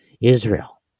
Israel